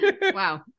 Wow